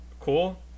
cool